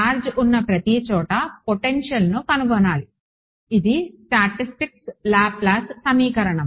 charge ఉన్న ప్రతిచోటా potential ను కనుగొనాలి ఇది స్టాటిక్స్ లాప్లేస్ సమీకరణం